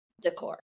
decor